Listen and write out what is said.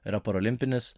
yra parolimpinis